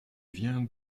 vient